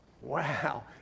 Wow